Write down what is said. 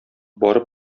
барып